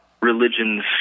religions